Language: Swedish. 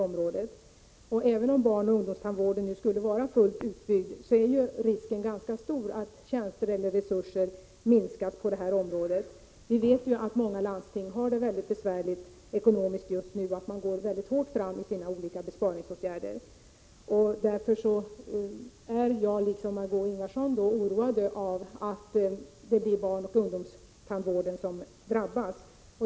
1985/86:131 ungdomstandvården nu skulle vara fullt utbyggd, är risken ganska stor att 29 april 1986 antalet tjänster reduceras eller att det här området får minskade resurser. Vi vet ju att många landsting ekonomiskt har det mycket besvärligt just nu och att man går mycket hårt fram när det gäller olika besparingsåtgärder. Därför är jag, i likhet med Marg6ö Ingvardsson, oroad över utvecklingen. Jag är rädd för att barnoch ungdomstandvården skall drabbas.